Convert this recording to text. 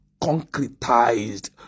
concretized